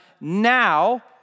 now